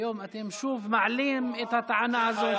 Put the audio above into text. והיום אתם שוב מעלים את הטענה הזאת,